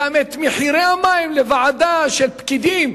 גם את מחירי המים, לוועדה של פקידים?